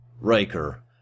Riker